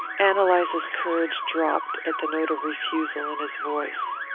ann eliza's courage dropped at the note of refusal in his voice.